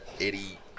Eddie